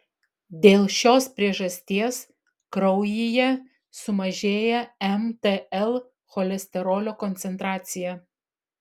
dėl šios priežasties kraujyje sumažėja mtl cholesterolio koncentracija